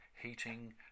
heating